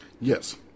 Yes